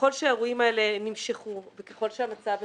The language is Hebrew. ככל שהאירועים האלה נמשכו וככל המצב החריף,